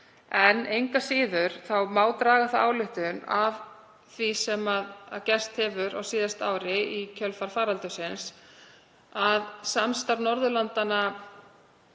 Engu að síður má draga þá ályktun af því sem gerst hefur á síðasta ári í kjölfar faraldursins að samstarf Norðurlandanna